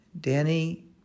Danny